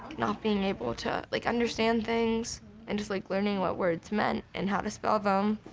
not being able to like understand things and just like learning what words meant and how to spell them